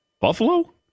Buffalo